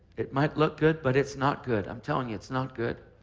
it might look good, but it's not good. i'm telling you it's not good.